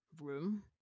room